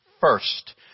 first